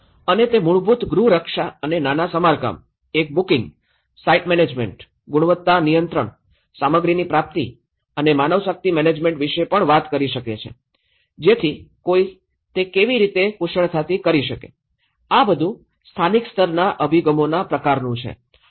અને તે મૂળભૂત ગૃહ રક્ષા અને નાના સમારકામ એક બુકીંગ સાઇટ મેનેજમેન્ટ ગુણવત્તા નિયંત્રણ સામગ્રીની પ્રાપ્તિ અને માનવશક્તિ મેનેજમેન્ટ વિશે પણ વાત કરી શકે છે જેથી કોઈ તે કેવી રીતે કુશળતાથી કરી શકે આ બધું સ્થાનિક સ્તરના અભિગમોના પ્રકારનું છે